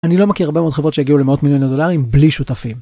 אני לא מכיר הרבה מאוד חברות שהגיעו למאות מיליוני דולרים בלי שותפים.